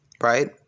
Right